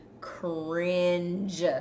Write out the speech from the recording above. cringe